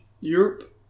Europe